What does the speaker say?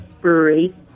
Brewery